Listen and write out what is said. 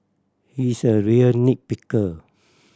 he's a real nit picker